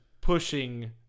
pushing